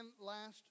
last